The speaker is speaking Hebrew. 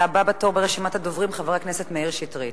הבא בתור ברשימת הדוברים, חבר הכנסת מאיר שטרית.